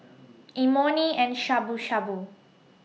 Imoni and Shabu Shabu